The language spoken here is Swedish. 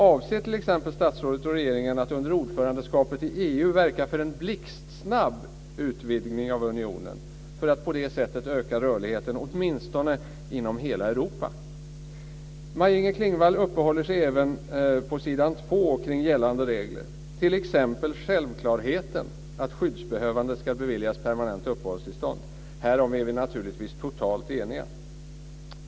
Avser t.ex. statsrådet och regeringen att under ordförandeskapet i EU verka för en blixtsnabb utvidgning av unionen för att på det sättet öka rörligheten, åtminstone inom hela Europa? vid gällande regler, t.ex. vid självklarheten att skyddsbehövande ska beviljas permanent uppehållstillstånd. Här är vi naturligtvis totalt eniga.